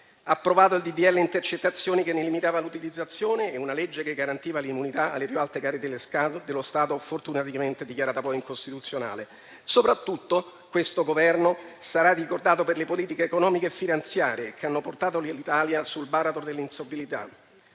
di legge sulle intercettazioni che ne limitava l'utilizzazione, e una legge che garantiva l'immunità alle più alte cariche dello Stato (fortunatamente dichiarata poi incostituzionale). Soprattutto quel Governo Berlusconi sarà ricordato per le politiche economiche e finanziarie che hanno portato l'Italia sul baratro dell'insolvibilità: